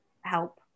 help